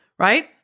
right